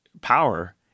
power